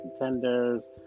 contenders